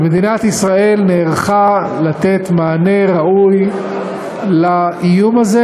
ומדינת ישראל נערכה לתת מענה ראוי לאיום הזה